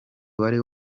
wari